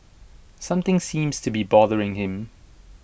something seems to be bothering him